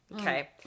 Okay